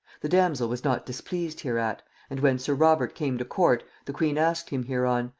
the damsel was not displeased hereat and when sir robert came to court, the queen asked him hereon,